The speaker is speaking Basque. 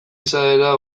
izaera